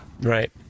Right